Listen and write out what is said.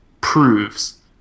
proves